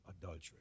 adultery